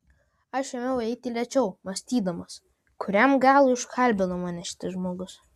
aš ėmiau eiti lėčiau mąstydamas kuriam galui užkalbino mane šitas žmogus